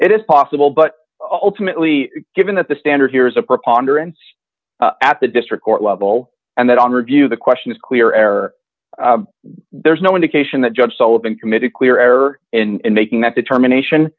it is possible but ultimately given that the standard here is a preponderance at the district court level and that on review the question is clear error there's no indication that judge sullivan committed clear error and making that determination